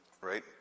Right